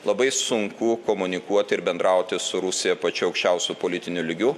labai sunku komunikuoti ir bendrauti su rusija pačiu aukščiausiu politiniu lygiu